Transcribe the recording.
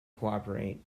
cooperate